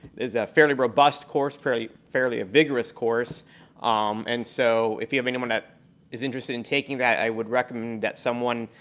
a fairly robust course, fairly fairly vigorous course um and so, if you have anyone that is interested in taking that, i would recommend that someone,